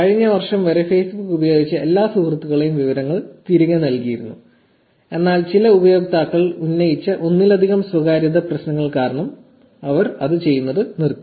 കഴിഞ്ഞ വർഷം വരെ ഫേസ്ബുക്ക് എല്ലാ സുഹൃത്തുക്കളുടെയും വിവരങ്ങൾ തിരികെ നൽകിയിരുന്നു എന്നാൽ ചില ഉപയോക്താക്കൾ ഉന്നയിച്ച ഒന്നിലധികം സ്വകാര്യത പ്രശ്നങ്ങൾ കാരണം അവർ അത് ചെയ്യുന്നത് നിർത്തി